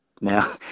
Now